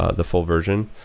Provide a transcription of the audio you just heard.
ah the full version,